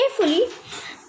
carefully